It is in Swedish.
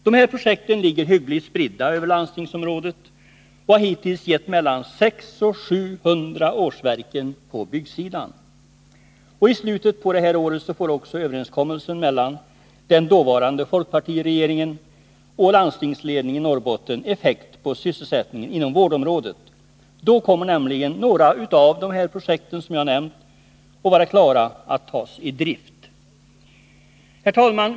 De här projekten ligger hyggligt spridda över landstingsområdet och har hittills gett mellan 600 och 700 årsverken på byggsidan. I slutet av det här året får också överenskommelsen mellan den dåvarande folkpartiregeringen och landstingsledningen i Norrbotten effekt på sysselsättningen inom vårdområdet. Då kommer nämligen några av de här projekten att vara klara att tas i drift. Herr talman!